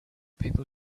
people